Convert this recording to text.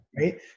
Right